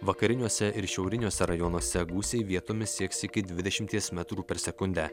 vakariniuose ir šiauriniuose rajonuose gūsiai vietomis sieks iki dvidešimties metrų per sekundę